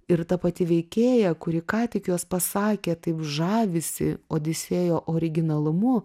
ir ta pati veikėja kuri ką tik juos pasakė taip žavisi odisėjo originalumu